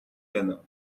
gannat